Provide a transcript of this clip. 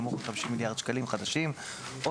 נמוך מ-50 מיליארד שקלים חדשים או